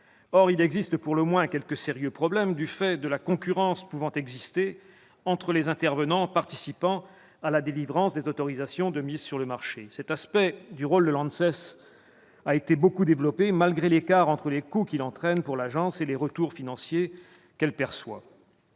Or il existe pour le moins quelques sérieux problèmes du fait de la concurrence pouvant exister entre les intervenants participant à la délivrance des AMM. Cet aspect du rôle de l'ANSES a été beaucoup développé, malgré l'écart entre les coûts qu'il entraîne pour l'agence et les retours financiers qu'elle perçoit.